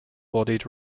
bodied